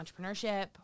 entrepreneurship